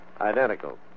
Identical